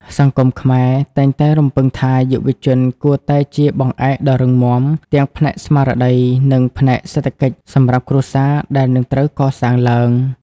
សង្គមខ្មែរតែងតែរំពឹងថា យុវជនគួរតែជា "បង្អែកដ៏រឹងមាំ" ទាំងផ្នែកស្មារតី និងផ្នែកសេដ្ឋកិច្ចសម្រាប់គ្រួសារដែលនឹងត្រូវកសាងឡើង។